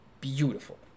beautiful